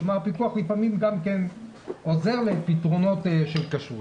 כלומר, הפיקוח לפעמים עוזר לפתרונות של כשרות.